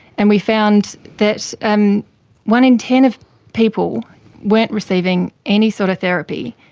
and we found that um one in ten of people weren't receiving any sort of therapy,